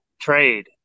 trade